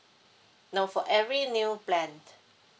no for every new plan